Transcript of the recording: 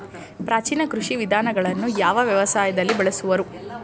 ಪ್ರಾಚೀನ ಕೃಷಿ ವಿಧಾನಗಳನ್ನು ಯಾವ ವ್ಯವಸಾಯದಲ್ಲಿ ಬಳಸುವರು?